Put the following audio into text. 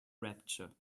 rapture